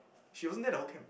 she wasn't there the whole camp